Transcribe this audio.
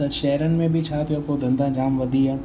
त शहरनि में बि छा थियो पोइ धंधा जाम वधी विया